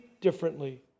differently